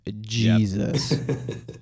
Jesus